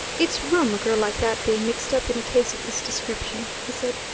it's rum a girl like that being mixed up in a case of this description, he said.